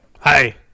Hi